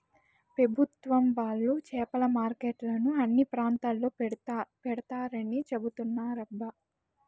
పెభుత్వం వాళ్ళు చేపల మార్కెట్లను అన్ని ప్రాంతాల్లో పెడతారని చెబుతున్నారబ్బా